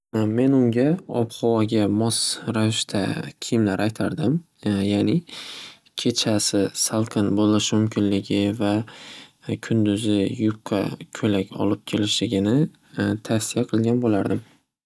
Men unga ob-havoga mos ravishda kiyimlar aytardim. Ya'ni kechasi salqin bo'lishi mumkinligi va kunduzi yupqa kuylak olib kelishligini tavsiya qilgan bo'lardim.